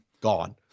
Gone